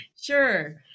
Sure